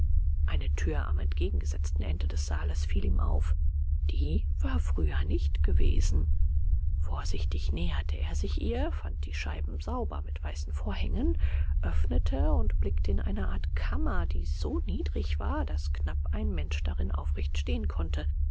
eine tür am entgegengesetzten ende des saales fiel ihm auf die war früher nicht gewesen vorsichtig näherte er sich ihr fand die scheiben sauber mit weißen vorhängen öffnete und blickte in eine art kammer die so niedrig war daß knapp ein mensch darin aufrecht stehen konnte